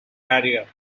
barrier